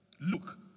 Look